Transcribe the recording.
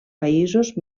països